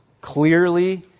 clearly